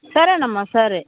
సరేనమ్మా సరే